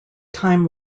time